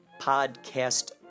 Podcast